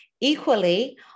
Equally